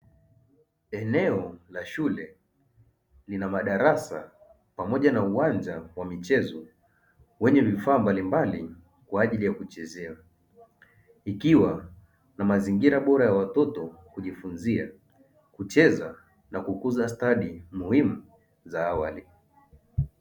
Eneo la shule lina madarasa pamoja na uwanja wa michezo wenye vifaa mbalimbali kwa ajili ya kuchezea, ikiwa na mazingira bora ya watoto kujifunzia, kucheza na kukuza stadi muhimu za awali.